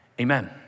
amen